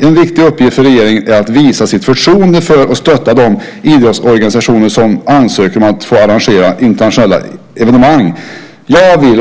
En viktig uppgift för regeringen är att visa sitt förtroende för och stötta de idrottsorganisationer som ansöker om att få arrangera internationella evenemang. Jag vill